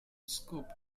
scope